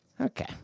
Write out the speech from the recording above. Okay